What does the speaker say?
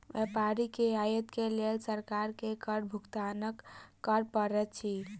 व्यापारी के आयत के लेल सरकार के कर भुगतान कर पड़ैत अछि